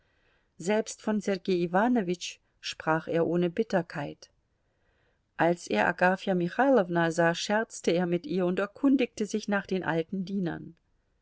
selbst von sergei iwanowitsch sprach er ohne bitterkeit als er agafja michailowna sah scherzte er mit ihr und erkundigte sich nach den alten dienern